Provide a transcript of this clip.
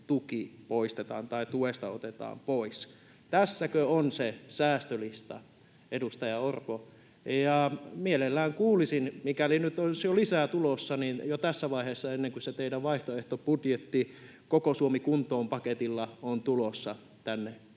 tuki poistetaan tai tuesta otetaan pois. Tässäkö on se säästölista, edustaja Orpo? Mikäli nyt olisi jo lisää tulossa, niin mielelläni kuulisin jo tässä vaiheessa, ennen kuin se teidän vaihtoehtobudjettinne Koko Suomi kuntoon ‑paketilla on tulossa tänne